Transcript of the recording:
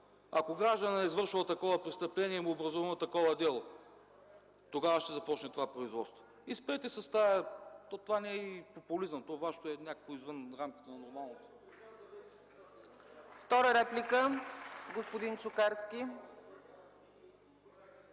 Ако гражданинът е извършил такова престъпление и му е образовано такова дело, тогава ще започне това производство. И спрете с този – това не е и популизъм, Вашето е нещо извън рамките на нормалното.